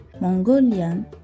Mongolian